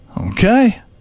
Okay